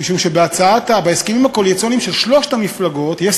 משום שבהסכמים הקואליציוניים של שלוש המפלגות יש